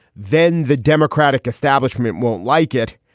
then the democratic establishment won't like it.